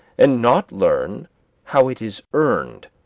and not learn how it is earned